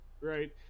right